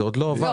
זה עוד לא עבר,